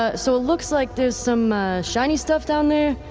ah so it looks like there's some shiny stuff down there,